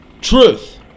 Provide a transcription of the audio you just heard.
Truth